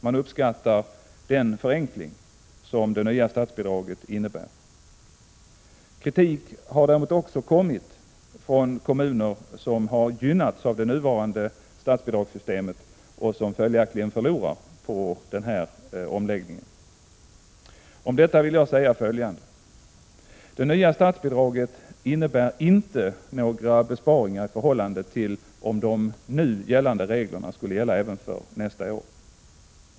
De uppskattar den förenkling som det nya statsbidragssystemet innebär. Kritik har däremot kommit från kommuner som gynnats av det nuvarande statsbidragssystemet och som följaktligen förlorar på omläggningen. Om detta vill jag säga följande. Det nya statsbidraget innebär inte några besparingar i förhållande till om de nu gällande reglerna skulle gälla även för nästa år.